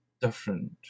different